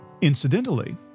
Incidentally